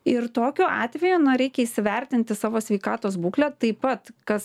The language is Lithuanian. ir tokiu atveju na reikia įsivertinti savo sveikatos būklę taip pat kas